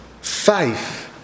faith